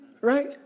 right